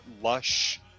Lush